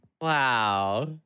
Wow